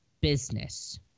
business